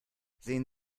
sehen